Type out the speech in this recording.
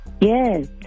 Yes